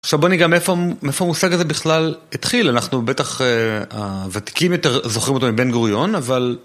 עכשיו בואי ניגע מאיפה מושג הזה בכלל התחיל, אנחנו בטח, הוותיקים יותר זוכרים אותו מבן גוריון, אבל...